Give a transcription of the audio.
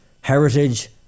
heritage